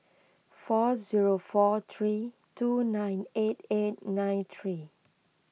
four zero four three two nine eight eight nine three